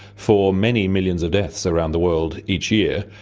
for many millions of deaths around the world each year.